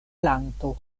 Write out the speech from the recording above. planto